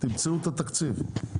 תמצאו את התקציב.